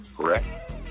correct